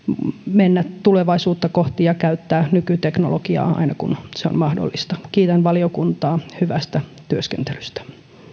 mennä tulevaisuutta kohti ja käyttää nykyteknologiaa aina kun se on mahdollista kiitän valiokuntaa hyvästä työskentelystä